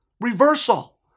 Reversal